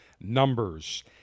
numbers